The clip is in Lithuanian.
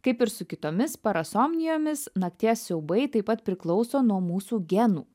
kaip ir su kitomis parasomnijomis nakties siaubai taip pat priklauso nuo mūsų genų